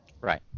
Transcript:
Right